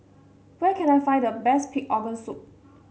where can I find the best Pig Organ Soup